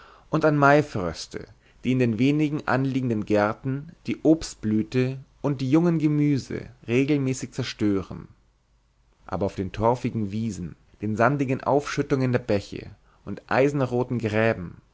und an maifröste die in den wenigen anliegenden gärten die obstblüte und die jungen gemüse regelmäßig zerstören aber auf den torfigen wiesen den sandigen aufschüttungen der bäche und eisenroten gräben